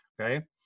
Okay